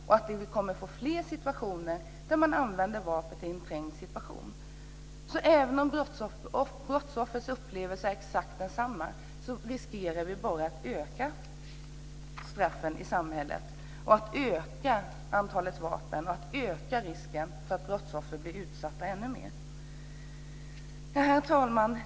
Vi kommer att få fler situationer där man använder vapen i en trängd situation. Även om brottsoffrets upplevelse är exakt densamma riskerar vi bara att öka straffen i samhället och öka antalet vapen, öka risken för att brottsoffren blir ännu mer utsatta. Herr talman!